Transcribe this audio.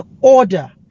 order